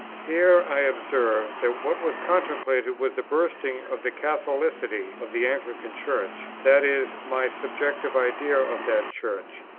here i observe, that, what was contemplated was the bursting of the catholicity of the anglican church, that is, my subjective idea of that church.